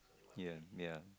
ya ya